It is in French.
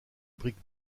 brick